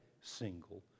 single